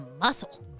muscle